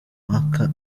mpaka